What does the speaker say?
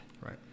right